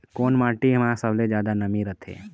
कोन माटी म सबले जादा नमी रथे?